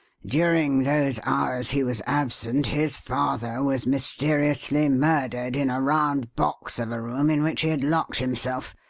during those hours he was absent his father was mysteriously murdered in a round box of a room in which he had locked himself,